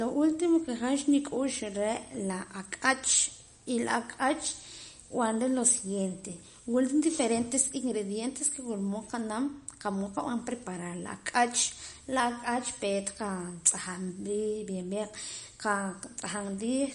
Lo último que han xnuk'ux cha re' la ak'ach y la ak'ach nb'anra lo siguiente wula diferentes ingredientes que wula mood nqanam qa mood nqab'an preparar la ak'ach la ak'ach peet qatz'ajaam riij bien bien qatz'ajaam riij